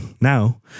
now